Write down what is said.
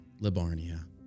Libarnia